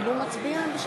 חברת הכנסת לבני, נא